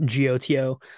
goto